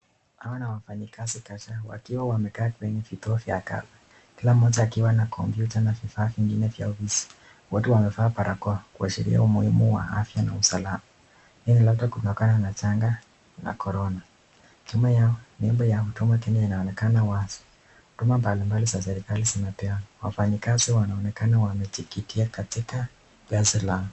hawa ni wafanyi kazi kadhaa wakiwa wamekaa kila moja akiwa na [computer] na vifaa vingine vya ofisi, wote wameva barakoa kuashiria umuhimu wa afya na usalama, hili labda kutokana na janga la corona. Nyuma yao nyumba ya mtu inaonekana wazi huduma mbali mbali za serekali zinapewa, wafanyi kazi wanaonekana wamejiketia gazi la.